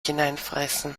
hineinfressen